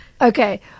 Okay